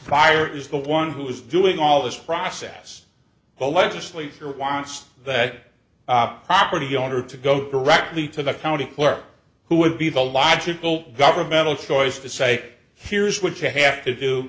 fire is the one who is doing all this process the legislature wants that property owner to go directly to the county clerk who would be the logical governmental choice to say here's what you have to do